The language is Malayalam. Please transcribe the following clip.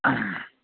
ആ